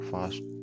Fast